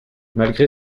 malgré